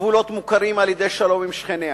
בגבולות מוכרים על-ידי שלום עם שכניה.